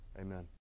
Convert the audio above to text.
Amen